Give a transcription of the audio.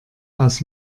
aus